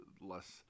less